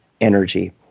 energy